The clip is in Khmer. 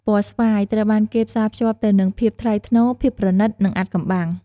ពណ៌ស្វាយ ត្រូវបានគេផ្សារភ្ជាប់ទៅនឹង ភាពថ្លៃថ្នូរ ភាពប្រណីត និង អាថ៌កំបាំង។